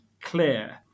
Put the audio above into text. clear